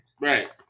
Right